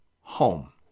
home